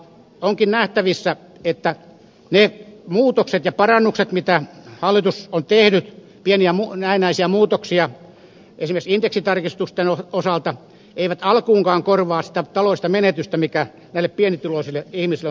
onkin nähtävissä että ne muutokset ja parannukset mitä hallitus on tehnyt pieniä näennäisiä muutoksia esimerkiksi indeksitarkistusten osalta eivät alkuunkaan korvaa sitä taloudellista menetystä mikä näille pienituloisille ihmisille on tapahtunut